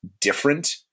different